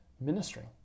ministering